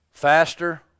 Faster